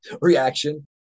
reaction